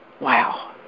Wow